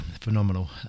phenomenal